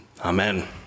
Amen